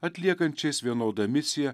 atliekančiais vienodą misiją